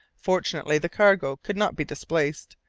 fortunately, the cargo could not be displaced,